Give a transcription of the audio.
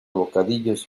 bocadillos